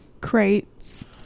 crates